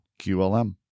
QLM